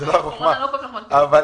אני רואה